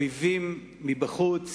אויבים מבחוץ,